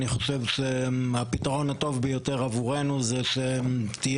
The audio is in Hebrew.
אני חושב שהפתרון הטוב ביותר עבורינו זה שתהיה